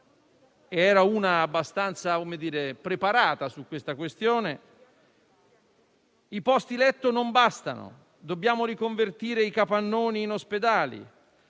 Regione abbastanza preparata su questa problematica, i posti letto non bastano; dobbiamo riconvertire i capannoni in ospedali;